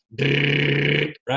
Right